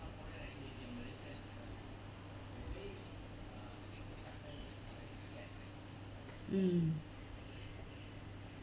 mm